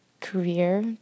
career